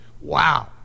Wow